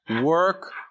Work